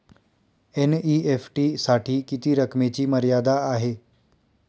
NEFT साठी किती रकमेची मर्यादा आहे?